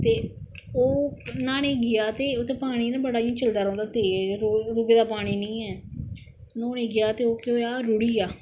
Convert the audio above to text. ते ओह् न्हाने गी गेआ ते उत्थै पानी ना बड़ा इयां चलदा रौंहदा तेज रोके दा पानी नेईं ऐ न्होने गी गेआ ते ओह् के होआ केह् होआ रुढ़ी गेआ